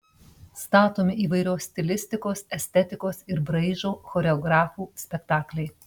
statomi įvairios stilistikos estetikos ir braižo choreografų spektakliai